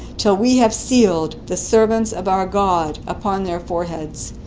till we have sealed the servants of our god upon their foreheads.